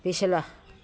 ਪਿਛਲਾ